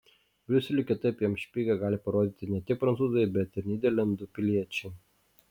briuseliui kitaip jam špygą gali parodyti ne tik prancūzai bet ir nyderlandų piliečiai